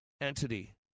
entity